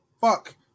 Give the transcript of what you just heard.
Fuck